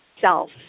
self